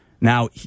now